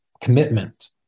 commitment